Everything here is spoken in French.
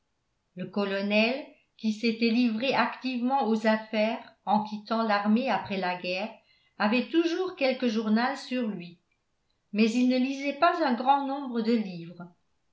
le colonel qui s'était livré activement aux affaires en quittant l'armée après la guerre avait toujours quelque journal sur lui mais il ne lisait pas un grand nombre de livres